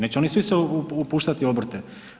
Neće oni svi se upuštati u obrte.